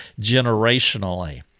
generationally